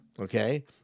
Okay